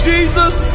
Jesus